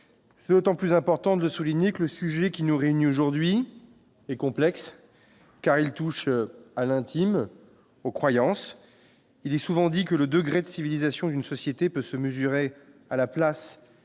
c'est autant plus important de souligner que le sujet qui nous réunit aujourd'hui est complexe car il touche à l'intime aux croyances, il est souvent dit que le degré de civilisation d'une société peut se mesurer à la place qu'elle